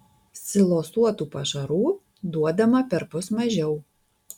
silosuotų pašarų duodama perpus mažiau